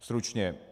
Stručně.